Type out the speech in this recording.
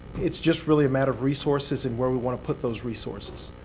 it's just really a matter of resources and where we want to put those resources.